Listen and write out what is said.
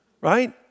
right